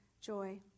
Joy